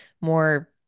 more